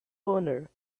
owner